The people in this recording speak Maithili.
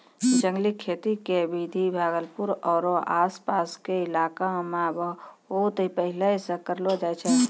जंगली खेती के विधि भागलपुर आरो आस पास के इलाका मॅ बहुत पहिने सॅ करलो जाय छै